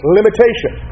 Limitation